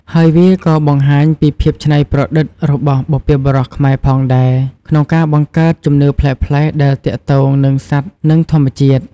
ហើយវាក៏បង្ហាញពីភាពច្នៃប្រឌិតរបស់បុព្វបុរសខ្មែរផងដែរ ក្នុងការបង្កើតជំនឿប្លែកៗដែលទាក់ទងនឹងសត្វនិងធម្មជាតិ។